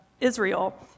Israel